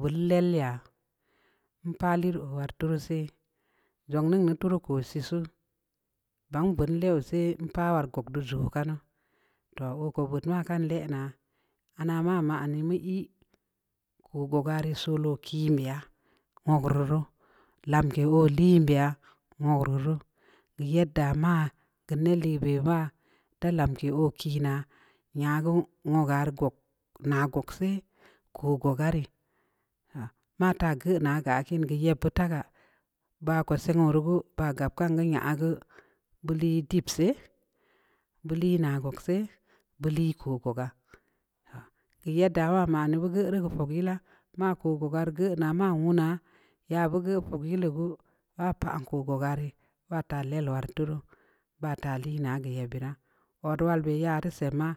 Wul lol ləya mpa'a liru uwal turu sii njun ngēn ngēn turu ko sii sue gban bullə ɔ su sii pa'a war gug du ndzo kana'a loh ɔgo būt nuwa kan lə na'o' ana ma ma'ani ii ko gugare solokimii ya'a wu gororow lamki ɔdəm biya'a wu rorūu yadda ma kən na lii ba ma ta lamki ɔ kina'a nya gue wu garə gug na gug sii ku gugga rə ha nata gue na ga kən gou yabo ta ga ba kwa sii wu rugue ba gəp kan gue balii dep sa'ay bulii na gugg sa'ay bulii kukuga ha ke gadda wama nugue bu gadda wama nugue bu rugue fəgui la maka kugor gue na ma wana'a ya bugue pugui ləbu wa pa'a anku kugarə ba ta ləluwal tu ru bata li na geu ya bəra ɔdual bə yarə səj ma